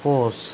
ᱯᱩᱥ